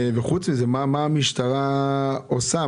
חוץ מזה, מה המשטרה עושה?